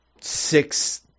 six